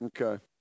Okay